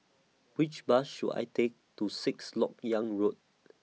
Which Bus should I Take to Sixth Lok Yang Road